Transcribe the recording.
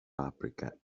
paprika